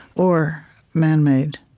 or man-made.